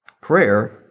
prayer